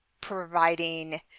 providing